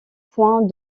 point